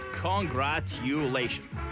Congratulations